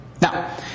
Now